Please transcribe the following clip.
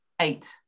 Eight